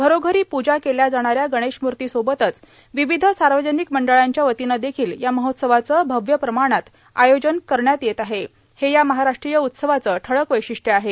घरोघरी पूजा केल्या जाणाऱ्या गणेशमूर्तीसोबत विविध सार्वजनिक मंडळाच्या वतीनं देखील या महोत्सवाचं भव्य प्रमाणात आयोजन केलं जात असून हे या महाराष्ट्रीय उत्सवाचं ठळक वैशिष्टय आहे